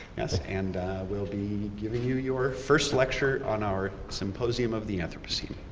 yes, and will be giving you your first lecture on our symposium of the anthropocene.